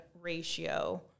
ratio